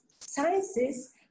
sciences